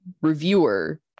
reviewer